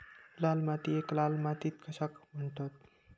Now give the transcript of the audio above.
लाल मातीयेक लाल माती कशाक म्हणतत?